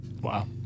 Wow